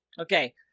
Okay